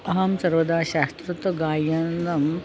अहं सर्वदा शास्त्रोक्तगायनम्